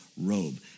robe